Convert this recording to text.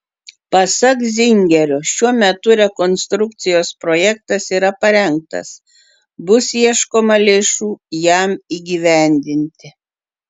pasak zingerio šiuo metu rekonstrukcijos projektas yra parengtas bus ieškoma lėšų jam įgyvendinti